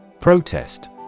Protest